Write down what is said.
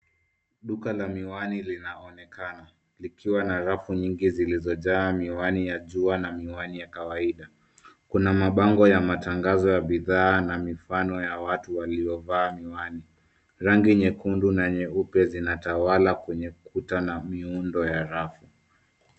Duka la miwani linaonekana likiwa na rafu nyingi zilizojaa miwani ya jua na miwani ya kawaida. Kuna mabango ya matangazo ya bidhaa na mifano ya watu waliovaa miwani. Rangi nyekundu na nyeupe zinatawala kwenye kuta na miundo ya rafu.